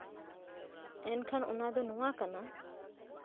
ᱮᱱᱠᱷᱟᱱ ᱚᱱᱟᱫᱚ ᱱᱚᱶᱟ ᱠᱟᱱᱟ